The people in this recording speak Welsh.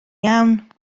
iawn